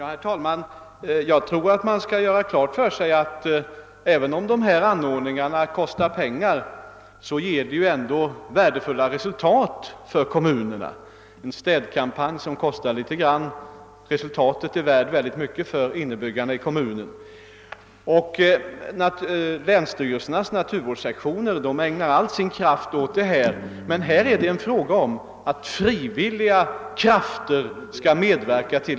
Herr talman! Jag tror att man skall göra klart för sig, att dessa anordningar, även om de kostar pengar, ändå ger värdefulla resultat för kommunerna. En städkampanj kan kosta litet grand, men resultatet är värt väldigt mycket för innebyggarna i kommunen. Länsstyrelsernas naturvårdssektioner ägnar all sin kraft åt detta problem. Men här är det fråga om att frivilliga krafter skall medverka.